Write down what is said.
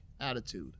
attitude